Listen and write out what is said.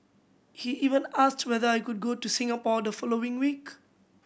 he even asked whether I could go to Singapore the following week